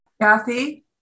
Kathy